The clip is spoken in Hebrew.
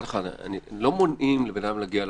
אנחנו לא מונעים מאדם להגיע לערכאות,